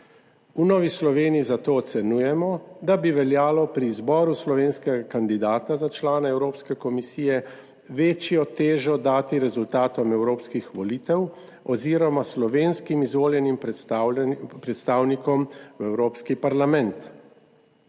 V Novi Sloveniji zato ocenjujemo, da bi veljalo pri izboru slovenskega kandidata za člana Evropske komisije večjo težo dati rezultatom evropskih volitev oziroma slovenskim izvoljenim predstavnikom v Evropski parlament.